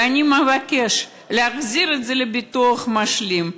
ואני מבקש להחזיר את זה לביטוח משלים.